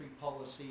policy